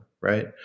right